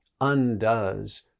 undoes